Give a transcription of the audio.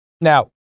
Now